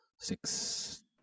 six